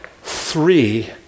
three